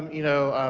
you know